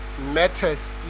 matters